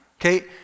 okay